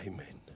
Amen